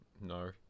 No